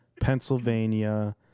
Pennsylvania